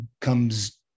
comes